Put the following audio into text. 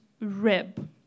rib